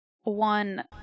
one